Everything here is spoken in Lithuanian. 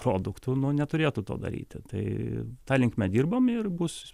produktu nu neturėtų to daryti tai ta linkme dirbam ir bus